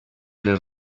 les